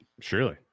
Surely